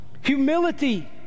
Humility